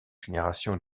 génération